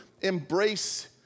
embrace